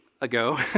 ago